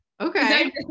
okay